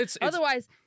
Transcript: Otherwise